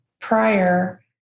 prior